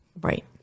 Right